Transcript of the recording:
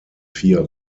vier